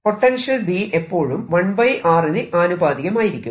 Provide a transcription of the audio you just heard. potential V എപ്പോഴും 1r ന് ആനുപാതികമായിരിക്കും